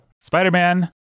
Spider-Man